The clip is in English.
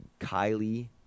Kylie